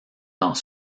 dans